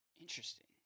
Interesting